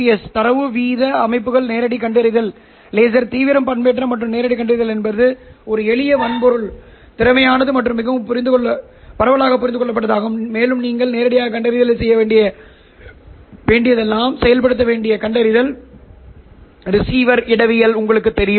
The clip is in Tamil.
எஸ் தரவு வீத அமைப்புகள் நேரடி கண்டறிதல் லேசர் தீவிரம் பண்பேற்றம் மற்றும் நேரடி கண்டறிதல் என்பது ஒரு எளிய வன்பொருள் திறமையானது மற்றும் மிகவும் பரவலாக புரிந்து கொள்ளப்பட்டதாகும் மேலும் நீங்கள் நேரடியாக கண்டறிதலில் செய்ய வேண்டியதெல்லாம் செயல்படுத்தக்கூடிய கண்டறிதல் ரிசீவர் இடவியல் உங்களுக்குத் தெரியும்